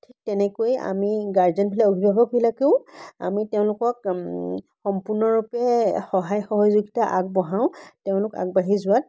ঠিক তেনেকৈয়ে আমি গাৰ্জেনবিলাক অভিভাৱকবিলাকেও আমি তেওঁলোকক সম্পূৰ্ণৰূপে সহায় সহযোগিতা আগবঢ়াও তেওঁলোক আগবঢ়ি যোৱাত